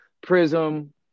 prism